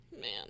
Man